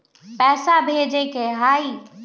पैसा भेजे के हाइ?